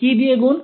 কি দিয়ে গুণ